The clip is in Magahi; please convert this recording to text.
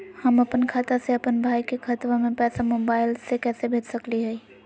हम अपन खाता से अपन भाई के खतवा में पैसा मोबाईल से कैसे भेज सकली हई?